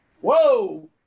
Whoa